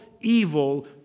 evil